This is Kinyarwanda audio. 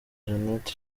jeannette